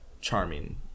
charming